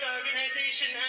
Organization